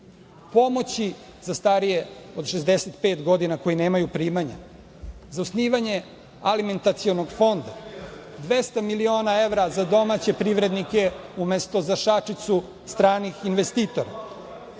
pomoći za starije od 65 godina koji nemaju primanja, za osnivanje alimentacionog fonda, 200 miliona evra za domaće privrednike umesto za šačicu stranih investitora.